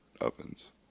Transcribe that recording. Ovens